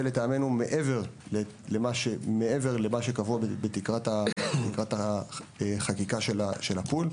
לטעמנו מעבר למה שקבוע בתקרת החקיקה של הפול.